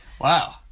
Wow